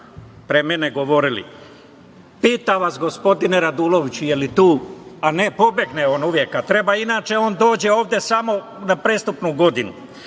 pre mene govorili, pitam vas, gospodine Raduloviću… Jel on tu? Ne, pobegne on uvek kad treba. Inače, on dođe ovde samo na prestupnu godinu. Da